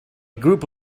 group